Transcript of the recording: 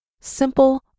Simple